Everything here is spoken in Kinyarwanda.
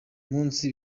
munsi